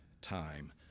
time